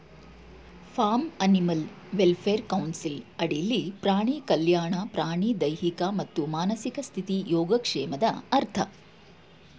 form animal welfare council ಅಡಿಲಿ ಪ್ರಾಣಿ ಕಲ್ಯಾಣ ಪ್ರಾಣಿಯ ದೈಹಿಕ ಮತ್ತು ಮಾನಸಿಕ ಸ್ಥಿತಿ ಯೋಗಕ್ಷೇಮದ ಅರ್ಥ